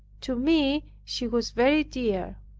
to me she was very dear,